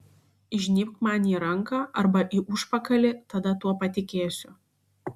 įžnybk man į ranką arba į užpakalį tada tuo patikėsiu